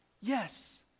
Yes